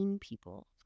people